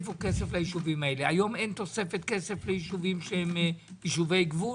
היום אין תוספת כסף לישובי גבול?